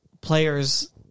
players